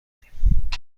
داریم